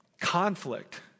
conflict